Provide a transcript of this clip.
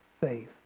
faith